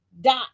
Dot